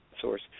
source